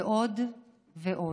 ועוד ועוד.